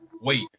Wait